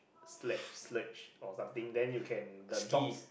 sledge sledge or something then you can the dogs